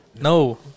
No